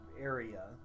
area